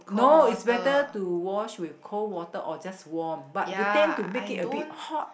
no it's better to wash with cold water or just warm but we tend to make it a bit hot